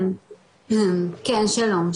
שלום,